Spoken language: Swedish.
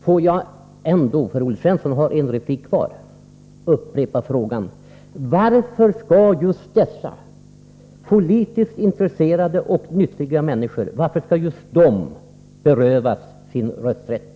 Får jag ändå, för Olle Svensson har en replik kvar, upprepa min fråga: Varför skall just dessa politiskt intresserade och nyttiga människor berövas rösträtten?